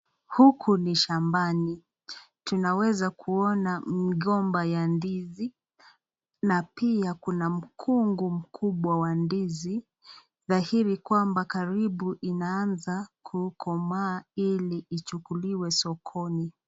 Huku ni shambani tunaweza kuona migomba ya ndizi na pia kuna mkungu mkubwa wa ndizi, dhahiri kwamba karibu inaanza kukomaa ili ichukuliwe sokoni.